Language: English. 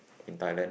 in Thailand